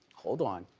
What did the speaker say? hold on,